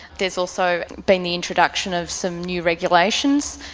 there's also been the introduction of some new regulations,